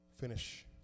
finish